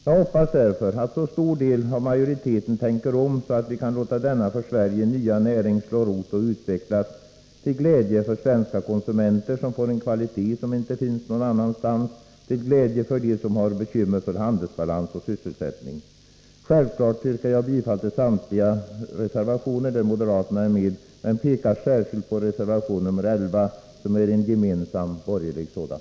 Jag hoppas därför att så stor del av majoriteten tänker om att vi kan låta denna för Sverige nya näring slå rot och utvecklas, till glädje både för svenska konsumenter, som får en kvalitet som inte finns någon annanstans, och för dem som har bekymmer för handelsbalans och sysselsättning. Självfallet yrkar jag bifall till samtliga reservationer där moderaterna är med, men pekar särskilt på reservation nr 11, som är en gemensam borgerlig sådan.